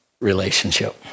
relationship